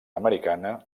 americana